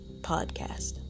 podcast